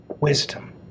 wisdom